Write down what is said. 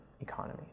economy